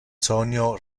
sonio